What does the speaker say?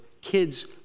kids